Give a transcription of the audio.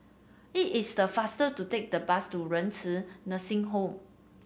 it is faster to take the bus to Renci Nursing Home